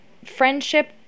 friendship